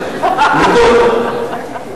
קוראים לזה "ניקוי יבש".